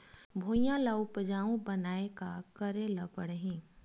भुइयां ल उपजाऊ बनाये का करे ल पड़ही?